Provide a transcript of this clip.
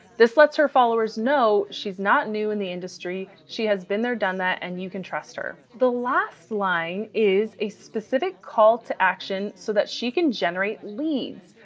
this lets her followers know she's not new in the industry. she has been there, done that and you can trust her. the last line is a specific call to action so that she can generate leads.